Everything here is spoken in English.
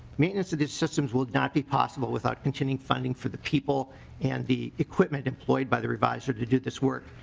maintenance of these systems would not be possible without continuing funding for the people and the equipment employed by the revisor to do this work.